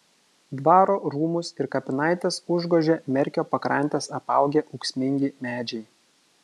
dvaro rūmus ir kapinaites užgožia merkio pakrantes apaugę ūksmingi medžiai